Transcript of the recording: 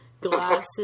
glasses